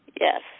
Yes